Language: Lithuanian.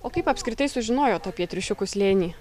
o kaip apskritai sužinojot apie triušiukų slėnį